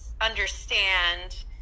understand